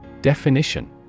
Definition